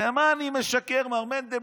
במה אני משקר, מר מנדלבליט?